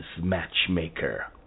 matchmaker